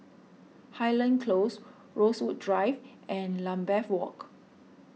Highland Close Rosewood Drive and Lambeth Walk